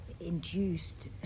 induced